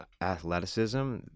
athleticism